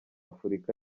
afurika